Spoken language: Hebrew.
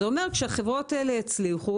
זה אומר שכאשר החברות האלה יצליחו,